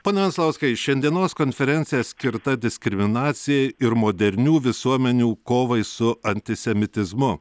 pone venclauskai šiandienos konferencija skirta diskriminacijai ir modernių visuomenių kovai su antisemitizmu